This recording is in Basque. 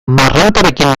marrantarekin